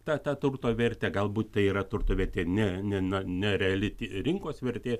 tą tą turto vertę galbūt tai yra turto vertė ne ne na nereali rinkos vertė